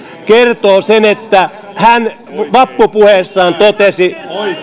kertoo sen että hän vappupuheessaan totesi